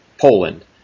Poland